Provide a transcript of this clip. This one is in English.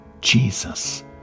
Jesus